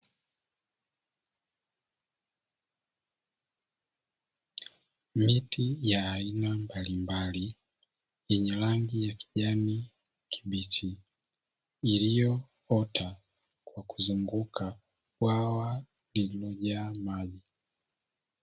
Miti ya aina mbalimbali yenye rangi ya kijani kibichi iliyoota inaonyesha ni nyumbani kwa wanyama na ndege mbalimbali